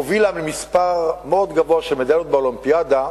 הובילה במספר מאוד גבוה של מדליות באולימפיאדה,